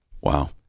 Wow